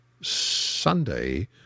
Sunday